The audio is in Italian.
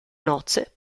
nozze